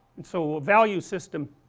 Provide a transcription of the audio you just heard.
so a value system,